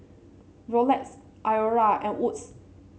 Rolex Iora and Wood's